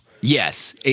Yes